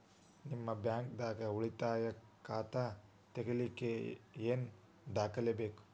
ನಿಮ್ಮ ಬ್ಯಾಂಕ್ ದಾಗ್ ಉಳಿತಾಯ ಖಾತಾ ತೆಗಿಲಿಕ್ಕೆ ಏನ್ ದಾಖಲೆ ಬೇಕು?